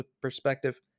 perspective